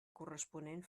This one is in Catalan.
corresponent